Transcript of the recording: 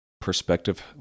perspective